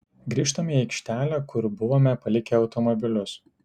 grįžtame į aikštelę kur buvome palikę automobilius